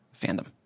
fandom